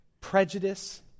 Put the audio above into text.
prejudice